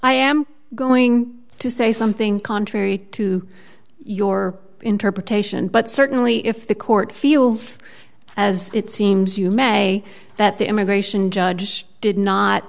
i am going to say something contrary to your interpretation but certainly if the court feels as it seems you may that the immigration judge did not